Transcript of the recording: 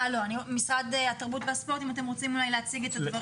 משרד התרבות והספורט אתם רוצים להציג את הדברים?